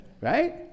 right